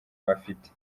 bafite